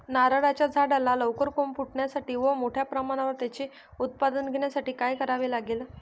नारळाच्या झाडाला लवकर कोंब फुटण्यासाठी व मोठ्या प्रमाणावर त्याचे उत्पादन घेण्यासाठी काय करावे लागेल?